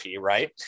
right